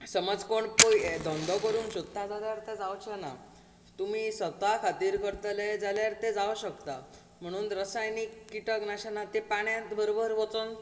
समज कोण पळय हें धंदो करूंक सोदता जाल्यार तें जावचेंना तुमी स्वता खातीर करतले जाल्यार तें जावंक शकता म्हणून रसायनीक किटक नाशक नातें तें पाण्यात बरोबर वचोन